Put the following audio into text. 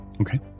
Okay